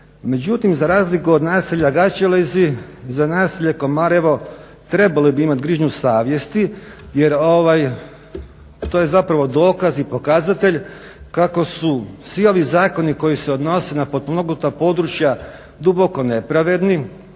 Međutim za razliku od naselja Gaćelezi za naselje KOmarevo trebali bi imati grižnju savjesti jer to je zapravo dokaz i pokazatelj kako su svi ovi zakoni koji se odnose na potpomognuta područja duboko nepravedni,